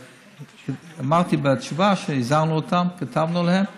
אמרתי בתשובה שהזהרנו אותם, כתבנו להם,